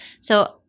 So-